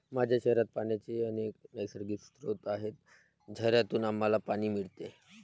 माझ्या शहरात पाण्याचे अनेक नैसर्गिक स्रोत आहेत, झऱ्यांतून आम्हाला पाणी मिळते